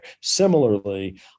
Similarly